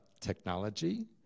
technology